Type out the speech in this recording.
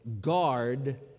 guard